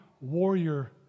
warrior